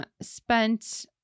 spent